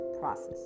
process